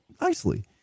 nicely